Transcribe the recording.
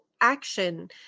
action